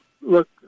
look